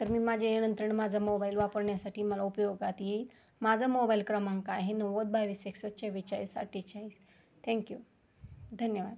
तर मी माझ्या यानंतर माझा मोबाईल वापरण्यासाठी मला उपयोगात येईल माझा मोबाईल क्रमांक आहे नव्वद बावीस एकसष्ट चौवेव्वेचाळीस अठ्ठेचाळीस थँक्यू धन्यवाद